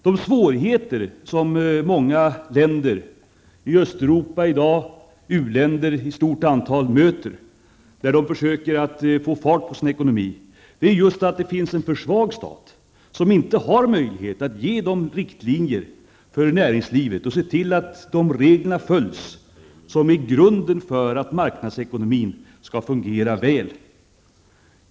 De svårigheter som många länder i Östeuropa och uländer i stort antal i dag möter när de försöker att få fart på sin ekonomi är just att det finns en för svag stat, som inte har möjlighet att ge riktlinjer för näringslivet och se till att reglerna följs, vilket är grunden för att marknadsekonomin skall fungera väl.